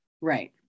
right